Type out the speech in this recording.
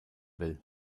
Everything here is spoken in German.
will